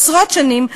עשרות שנים,